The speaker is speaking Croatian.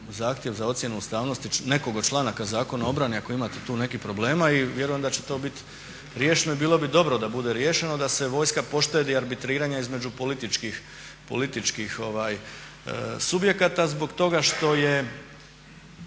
zahtjev za ocjenu ustavnosti nekog od članaka Zakona o obrani ako imate tu nekih problema i vjerujem da će to biti riješeno i bilo bi dobro da bude riješeno da se vojska poštedi arbitriranja između političkih subjekata zbog toga što je